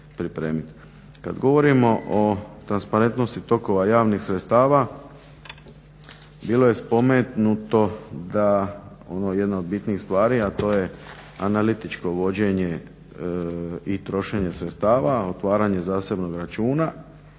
Kad govorimo o transparentnosti tokova javnih sredstava bilo je spomenuto da ono jedna od bitnijih stvari, a to je analitičko vođenje i trošenje sredstava, otvaranje zasebnog računa